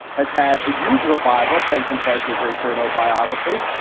has had a huge revival, thanks in part to a great cherno biography.